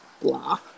Blah